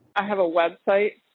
i have a website,